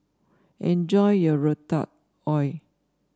enjoy your Ratatouille